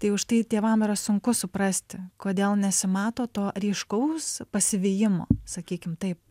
tai už tai tėvam yra sunku suprasti kodėl nesimato to ryškaus pasivijimo sakykim taip